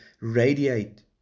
radiate